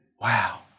wow